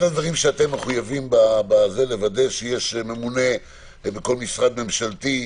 אחד הדברים שאתם מחויבים לו הוא לוודא שיש ממונה בכל משרד ממשלתי.